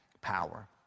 power